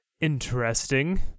interesting